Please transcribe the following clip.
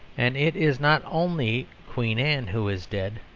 and it is not only queen anne who is dead.